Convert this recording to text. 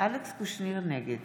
נגד